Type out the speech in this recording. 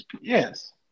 Yes